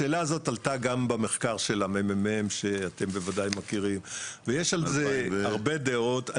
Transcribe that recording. השאלה הזאת עלתה גם במחקר של המ.מ.מ שאתם מכירים ויש על זה הרבה דעות.